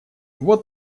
вот